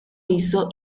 hizo